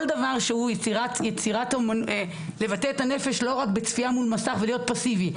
כל דבר שהוא יצירה לבטא את הנפש לא רק בצפייה מול מסך ולהיות פסיבי,